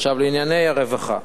עכשיו לענייני הרווחה.